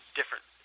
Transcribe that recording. different